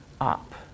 up